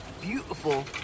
beautiful